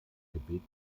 gebeten